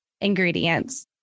ingredients